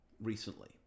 recently